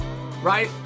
right